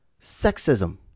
Sexism